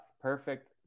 perfect